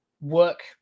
work